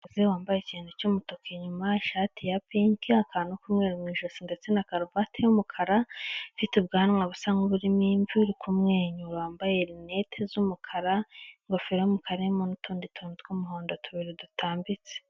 Umugore wambaye ikintu cy'umutuku inyuma ishati ya pinki, akantu k'umweru mu ijosi ndetse na karuvati y'umukara, ifite ubwanwa busa nk'uburimo imvi uri kumwenyura wambaye rinete z'umukara, ingofero y'umukara irimo n'utundi tuntu tw'umuhondo tubiri dutambitse.